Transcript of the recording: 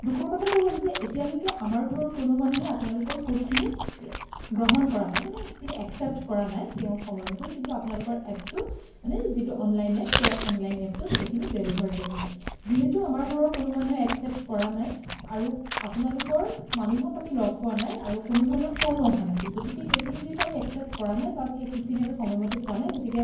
দুখৰ কথাটো হ'ল যে এতিয়ালৈকে আমাৰ ঘৰৰ কোনো মানুহে আপোনালোকৰ ফুডখিনি ৰে গ্ৰহণ কৰা নাই মানে সেইখিনি একচেপ্ট কৰা নাই সেই সময় অনুসৰি আপোনালোকৰ এপটোত মানে যিটো অনলাইন এপ সেই অনলাইন এপটোত সেইখিনি ডেলিভাৰড দেখাইছে যিহেতু আমাৰ ঘৰৰ কোনো মানুহে একচেপ্ট কৰা নাই আৰু আপোনালোকৰ মানুহক আমি লগ পোৱা নাই আৰু কোনো ধৰণৰ ফোনো অহা নাছিল গতিকে সেইখিনি যিহেতু আমি একচেপ্ট কৰা নাই বা সেই ফুডখিনি আমি সময়মতে পোৱা নাই গতিকে